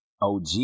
OG